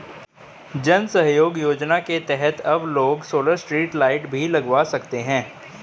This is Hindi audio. जन सहयोग योजना के तहत अब लोग सोलर स्ट्रीट लाइट भी लगवा सकते हैं